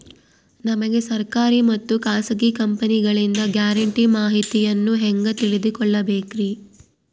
ನಮಗೆ ಸರ್ಕಾರಿ ಮತ್ತು ಖಾಸಗಿ ಕಂಪನಿಗಳಿಂದ ಗ್ಯಾರಂಟಿ ಮಾಹಿತಿಯನ್ನು ಹೆಂಗೆ ತಿಳಿದುಕೊಳ್ಳಬೇಕ್ರಿ?